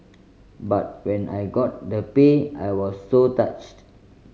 but when I got the pay I was so touched